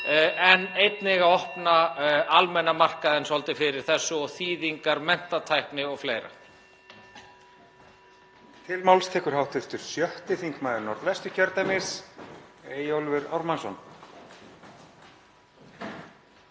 en einnig að opna almenna markaðinn svolítið fyrir þessu og þýðingum, menntatækni o.fl.